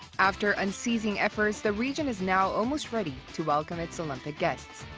after unceasing efforts, the region is now almost ready to welcome its olympic guests.